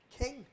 king